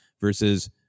versus